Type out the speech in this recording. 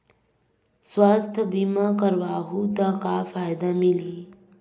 सुवास्थ बीमा करवाहू त का फ़ायदा मिलही?